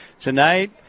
tonight